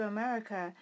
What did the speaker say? America